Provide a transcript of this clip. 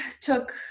took